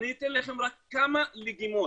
אני אתן לכם רק כמה לגימות.